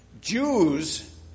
Jews